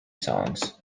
songs